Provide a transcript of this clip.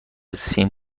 سیم